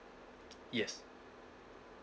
yes